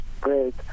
great